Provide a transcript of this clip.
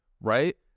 right